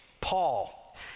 Paul